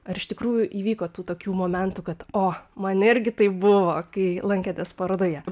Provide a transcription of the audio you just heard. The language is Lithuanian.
ar iš tikrųjų įvyko tų tokių momentų kad o man irgi taip buvo kai lankėtės parodoje